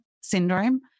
syndrome